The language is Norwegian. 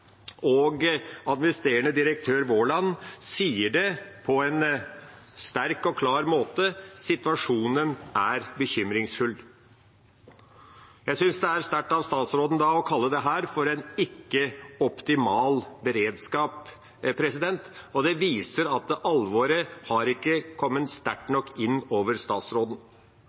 Administrerende direktør Vorland sier det på en sterk og klar måte: «Situasjonen er bekymringsfull.» Jeg synes det er sterkt av statsråden å da kalle dette for en ikke optimal beredskap, og det viser at alvoret ikke har kommet sterkt nok inn over statsråden.